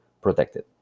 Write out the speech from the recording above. protected